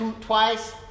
twice